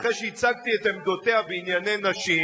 אחרי שהצגתי את עמדותיה בענייני נשים,